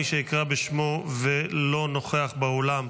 מי שאקרא בשמו ולא נוכח באולם,